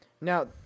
Now